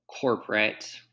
corporate